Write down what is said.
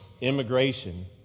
immigration